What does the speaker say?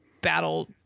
battle